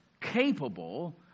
capable